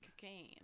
Cocaine